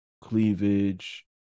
cleavage